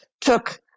took